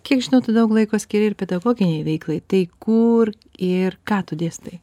kiek žinau tu daug laiko skiri ir pedagoginei veiklai tai kur ir ką tu dėstai